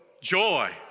joy